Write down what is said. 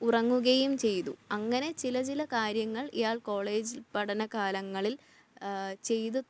ഉറങ്ങുകയും ചെയ്തു അങ്ങനെ ചില ചില കാര്യങ്ങൾ ഇയാൾ കോളേജിൽ പഠനകാലങ്ങളിൽ ചെയ്തു